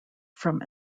from